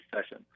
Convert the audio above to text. session